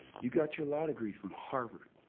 you got your law degree from harvard.